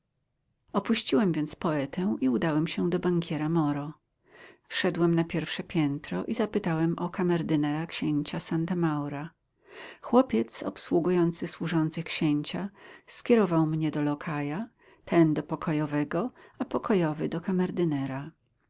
opuściłem więc poetę i udałem się do bankiera moro wszedłem na pierwsze piętro i zapytałem o kamerdynera księcia santa maura chłopiec obsługujący służących księcia skierował mnie do lokaja ten do pokojowego a pokojowy do